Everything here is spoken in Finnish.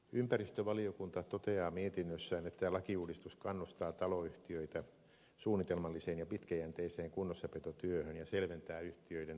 ympäristövaliokunta toteaa mietinnössään että lakiuudistus kannustaa taloyhtiöitä suunnitelmalliseen ja pitkäjänteiseen kunnossapitotyöhön ja selventää yhtiöiden päätöksentekoa